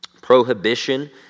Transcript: prohibition